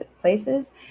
Places